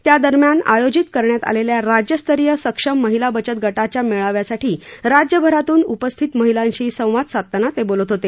त्या दरम्यान आयोजित करण्यात आलेल्या राज्यस्तरीय सक्षम महिला बचत गटाच्या मेळाव्यासाठी राज्यभरातून उपस्थित महिलांशी संवाद साधताना ते बोलत होते